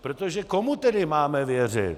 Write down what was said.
protože komu tedy máme věřit?